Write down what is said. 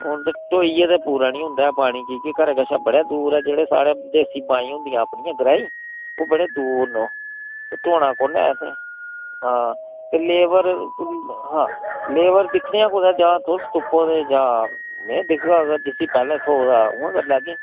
हून ते ढोइयै ते पूरा निं होंदा ऐ पानी की के घरै शा बड़े दूर ऐ जेह्ड़े साढ़े देसी बाईं होंदिया अपनियां ग्राईं ओह् बड़े दूर न ओह् ते ढोना कुन्नै इत्थै हां ते लेवर लेवर दिक्खने आं कुतै जां तुस तुप्पो ते जां में दिक्खगा अगर जिसी पैह्लें थ्होग उ'आं करी लैह्गे